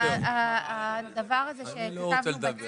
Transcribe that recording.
נרשום את